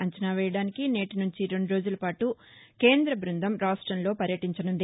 అంచనా వేయడానికి నేటి నుంచి రెండు రోజుల పాటు కేంద్ర బృందం రాష్టంలో పర్యటించనుంది